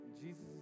Jesus